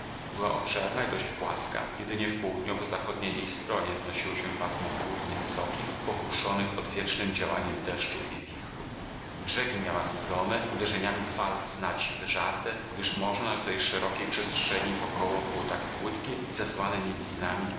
była obszerna i dość płaska jedynie w południowo-zachodniej jej stronie wznosiło się pasmo gór niewysokich pokruszonych odwiecznym działaniem deszczów i wichru brzegi miała strome uderzeniami fal snadź wyżarte gdyż morze na szerokiej przestrzeni wokoło było tak płytkie i zasłane mieliznami że trudno nam